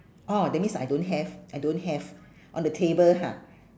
orh that means I don't have I don't have on the table ha